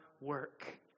work